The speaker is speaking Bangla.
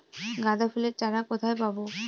গাঁদা ফুলের চারা কোথায় পাবো?